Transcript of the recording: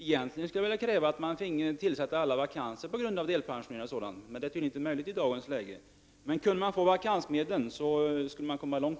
Egentligen skulle jag vilja kräva att alla vakanser på grund av delpensioneringar m.m. finge tillsättas. Det är tydligen inte möjligt i dagens läge. Men med vakansmedlen skulle man komma långt.